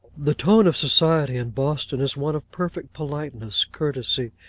the tone of society in boston is one of perfect politeness, courtesy,